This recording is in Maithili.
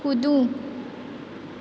कूदू